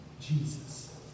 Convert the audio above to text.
Jesus